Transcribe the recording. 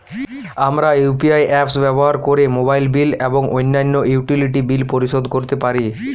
আমরা UPI apps ব্যবহার করে মোবাইল বিল এবং অন্যান্য ইউটিলিটি বিল পরিশোধ করতে পারি